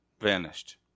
vanished